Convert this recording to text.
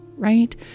right